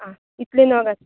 आं इतले नग आसतात